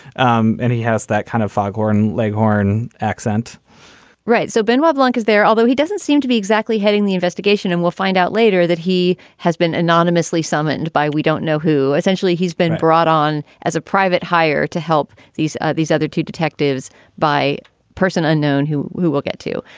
um and he has that kind of foghorn leghorn accent right. so benwell blanc is there, although he doesn't seem to be exactly heading the investigation. and we'll find out later that he has been anonymously summoned by we don't know who essentially he's been brought on as a private hire to help these ah these other two detectives by person unknown who who we'll get to.